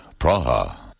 Praha